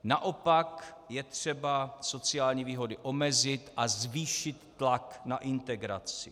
Naopak je třeba sociální výhody omezit a zvýšit tlak na integraci.